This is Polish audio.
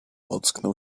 ocknął